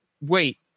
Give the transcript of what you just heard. wait